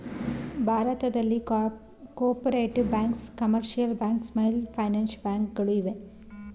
ಭಾರತದಲ್ಲಿ cooperative banks, commercial banks, small finance bank ಗಳು ಇವೆ